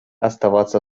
оставаться